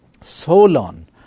Solon